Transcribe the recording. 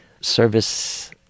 service